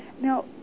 Now